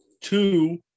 Two